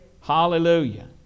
Hallelujah